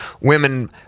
women